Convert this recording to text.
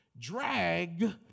drag